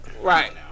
Right